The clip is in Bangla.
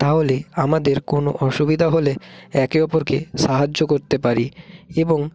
তাহলে আমাদের কোনো অসুবিধা হলে একে অপরকে সাহায্য করতে পারি এবং